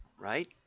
right